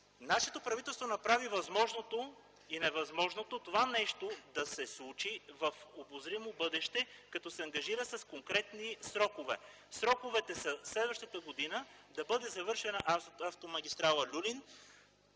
Нашето правителство направи възможното и невъзможното това да се случи в обозримо бъдеще като се ангажира с конкретни срокове. Сроковете са през следващата година да бъде завършена автомагистрала "Люлин”